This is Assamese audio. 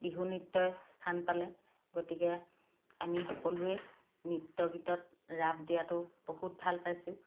বিহু নৃত্যই স্থান পালে গতিকে আমি সকলোৱে নৃত্য গীতত ৰাপ দিয়াতো বহুত ভাল পাইছোঁ